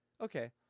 Okay